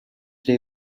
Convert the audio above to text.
they